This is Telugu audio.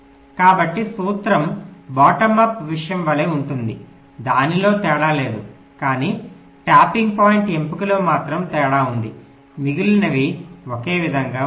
కాబట్టి సూత్రం బాటమ్ అప్ విషయం వలె ఉంటుంది దానిలో తేడా లేదు కానీ ట్యాపింగ్ పాయింట్ ఎంపికలో మాత్రమే తేడా ఉంది మిగిలినవి ఒకే విధంగా ఉంటాయి